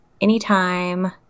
anytime